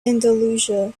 andalusia